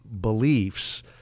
beliefs—